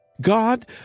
God